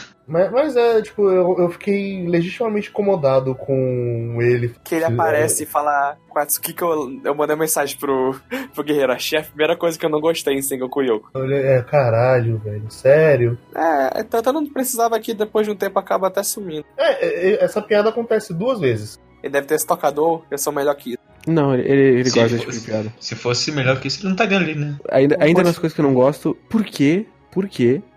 Mas- mas é, tipo, eu- eu fiquei legitimamente incomodado com ele. Que ele É. aparece e fala, "Quatro, o que que eu- eu mandei mensagem pro- pro guerreiro, achei a primeira coisa que eu não gostei em Sengoku Yoko." Olha, é, caralho, velho, sério? É, então eu não precisava aqui, depois de um tempo acaba até sumindo. É, é, é, essa piada acontece duas vezes. Ele deve ter se tocado, "Oh, eu sou melhor que isso." Não, ele- ele- ele Se gosta desse tipo de fosse- piada. se fosse melhor que isso, ele não tá ganhando ali, né? Ainda- Não ainda pode- nas coisas que eu não gosto, por quê? Por quê?